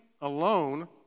alone